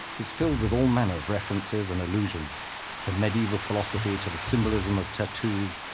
it's filled with all manner of references and allusions from medieval philosophy to the symbolism of tattoos,